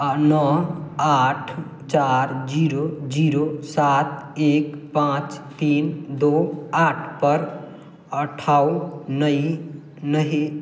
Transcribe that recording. नओ आठ चारि जीरो जीरो सात एक पाँच तीन दू आठ पर अठाउ नहि नहि